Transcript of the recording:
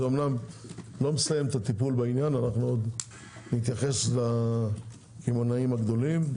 אמנם זה לא מסיים את הטיפול בעניין עוד נתייחס לקמעונאים הגדולים.